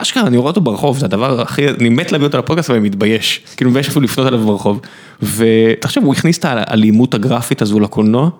אשכרה אני רואה אותו ברחוב, זה הדבר הכי, אני מת להביא אותו לפודקאסט ואני מתבייש, כאילו מתבייש אפילו לפנות עליו ברחוב. תחשוב, הוא הכניס את האלימות הגרפית הזו לקולנוע.